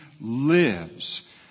lives